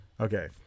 Okay